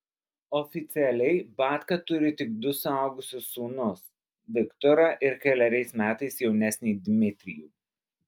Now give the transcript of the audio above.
oficialiai batka turi tik du suaugusius sūnus viktorą ir keleriais metais jaunesnį dmitrijų